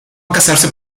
casarse